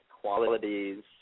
qualities